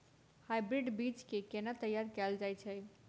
Hybrid बीज केँ केना तैयार कैल जाय छै?